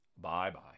Bye-bye